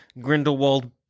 Grindelwald